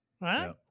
right